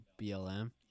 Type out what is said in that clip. BLM